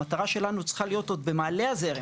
המטרה שלנו צריכה להיות עוד במעלה הזרם,